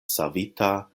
savita